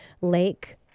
Lake